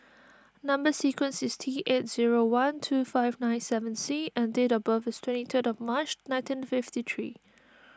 Number Sequence is T eight zero one two five nine seven C and date of birth is twenty third of March nineteen fifty three